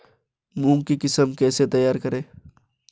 मूंग की किस्म कैसे तैयार करें?